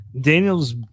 daniel's